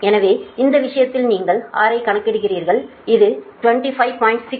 எனவே இந்த விஷயத்தில் நீங்கள் R ஐ கணக்கிடுகிறீர்கள் அது 25